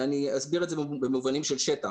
אני אסביר את זה במובנים של שטח